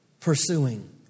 pursuing